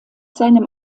seinem